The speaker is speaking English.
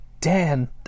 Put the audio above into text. Dan